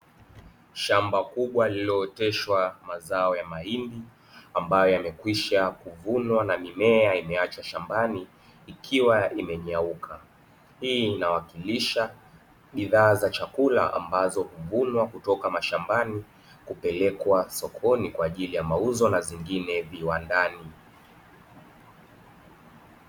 Shamba kubwa lililooteshwa mazao ya mahindi ambayo yamekwisha kuvunwa na mimea imeachwa shambani ikiwa imenyauka. Hii inawakilisha bidhaa za chakula ambazo huvunwa kutoka mashambani kupelekwa sokoni kwa ajili ya mauzo na zingine viwandani.